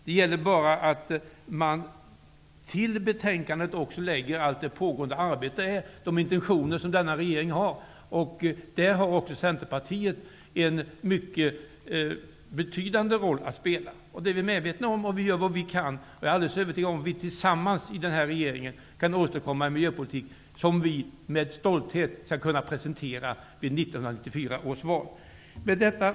Det gäller bara att man till betänkandet också lägger allt det arbete som pågår och de intentioner som denna regering har. Där har Centerpartiet en mycket betydande roll att spela. Det är vi medvetna om, och vi gör vad vi kan. Jag är alldeles övertygad om att vi tillsammans i regeringen kan återkomma med en miljöpolitik som vi med stolthet skall kunna presentera i samband med 1994 års val. Fru talman!